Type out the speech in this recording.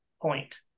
point